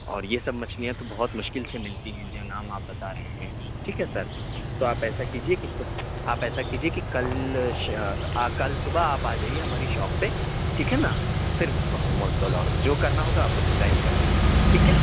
اور یہ سب مچھلیاں تو بہت مشکل سے ملتی ہیں جو نام آپ بتا رہے ہیں ٹھیک ہے سر تو آپ ایسا کیجیے کہ آپ ایسا کیجیے کہ کل کل صبح آپ آجائیے ہماری شاپ پہ ٹھیک ہے نا اور پھر اُس وقت مول تول اور جو کرنا ہوگا آپ اُس ٹائم کر لیں گے ہم لوگ ٹھیک ہے